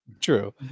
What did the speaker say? True